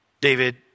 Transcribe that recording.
David